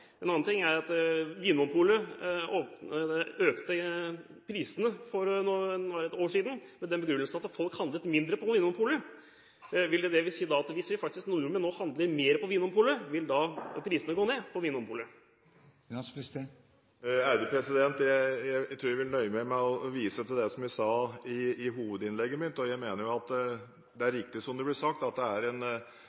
En annen ting er at Vinmonopolet økte prisene for ett år siden med den begrunnelsen at folk handlet mindre på Vinmonopolet. Vil det da si at hvis vi nordmenn nå faktisk handler mer på Vinmonopolet, vil prisene gå ned på Vinmonopolet? Jeg tror jeg vil nøye meg med å vise til det som jeg sa i hovedinnlegget mitt, og jeg mener at det er riktig, som det ble sagt, at det er